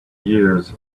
years